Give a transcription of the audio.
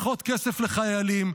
פחות כסף לחיילים,